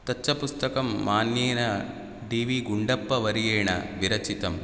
तच्च पुस्तकं मान्येन डि वि गुण्डप्पवर्येण विरचितम्